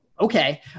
Okay